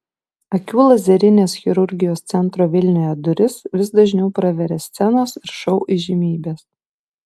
akių lazerinės chirurgijos centro vilniuje duris vis dažniau praveria scenos ir šou įžymybės